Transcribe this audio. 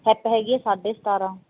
hip ਹੈਗੀ ਹੈ ਸਾਢੇ ਸਤਾਰਾਂ